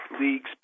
league's